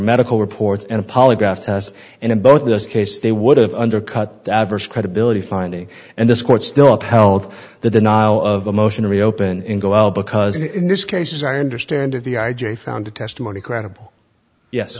medical reports and a polygraph test and in both of those cases they would have undercut the adverse credibility finding and this court still upheld the denial of a motion to reopen and go out because in this case as i understand it the r j found the testimony credible yes